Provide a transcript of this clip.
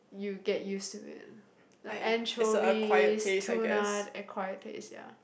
you get used to it like anchovies tuna the acquired taste ya